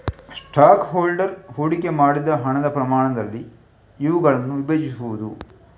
stock holder ಹೂಡಿಕೆ ಮಾಡಿದ ಹಣದ ಪ್ರಮಾಣದಲ್ಲಿ ಇವುಗಳನ್ನು ವಿಭಜಿಸುವುದು